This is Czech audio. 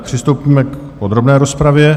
Přistoupíme k podrobné rozpravě.